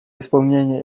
исполнение